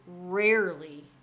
rarely